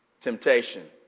Temptation